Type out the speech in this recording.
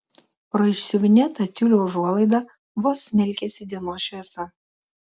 pro išsiuvinėtą tiulio užuolaidą vos smelkėsi dienos šviesa